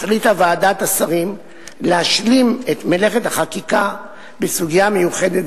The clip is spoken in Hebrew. החליטה ועדת השרים להשלים את מלאכת החקיקה בסוגיה מיוחדת